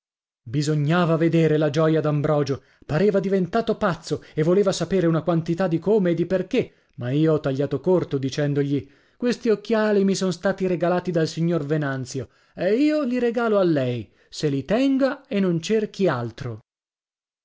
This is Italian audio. bisognava vedere la gioia d'ambrogio pareva diventato pazzo e voleva sapere una quantità di come e di perché ma io ho tagliato corto dicendogli questi occhiali mi son stati regalati dal signor venanzio e io li regalo a lei se li tenga e non cerchi altro